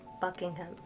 Buckingham